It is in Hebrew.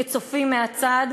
כצופים מהצד,